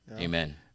Amen